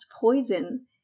poison